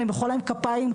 למחוא להם כפיים,